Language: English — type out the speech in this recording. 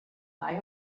buy